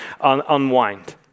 unwind